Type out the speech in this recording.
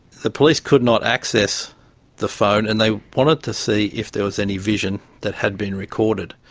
the police could not access the phone and they wanted to see if there was any vision that had been recorded.